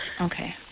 Okay